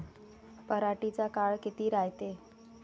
पराटीचा काळ किती रायते?